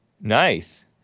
Nice